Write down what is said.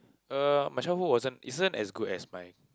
uh my childhood wasn't isn't as good as mine